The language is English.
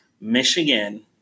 Michigan –